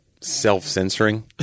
self-censoring